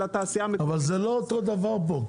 זה לא אותו דבר פה.